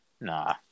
nah